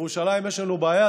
"ירושלים, יש לנו בעיה".